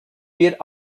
wir